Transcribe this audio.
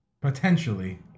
Potentially